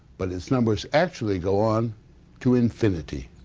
but its numbers actually go on to infinity.